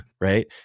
Right